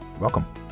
Welcome